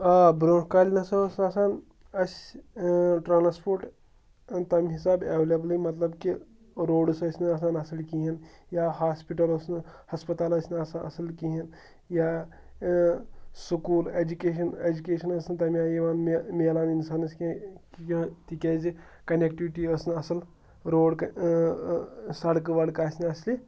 آ برٛونٛہہ کالہِ نہ سا اوس نہٕ آسان اَسہِ ٹرٛانسپوٹ تَمہِ حِساب اٮ۪ولیبلٕے مطلب کہِ روڈٕس ٲسۍ نہٕ آسان اَصٕل کِہیٖنۍ یا ہاسپِٹَل اوس نہٕ ہَسپَتال ٲسۍ نہٕ آسان اَصٕل کِہیٖنۍ یا سکوٗل اٮ۪جوکیشَن اٮ۪جوکیشَن ٲس نہٕ تَمہِ آے یِوان مےٚ میلان اِنسانَس کینٛہہ کہِ تِکیٛازِ کَنٮ۪کٹِوِٹی ٲس نہٕ اَصٕل روڈ سَڑکہٕ وَڑکہٕ آسہِ نہٕ اَصلہِ